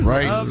Right